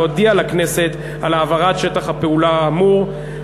להודיע לכנסת על העברת שטח הפעולה האמור.